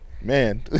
Man